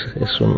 es